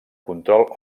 control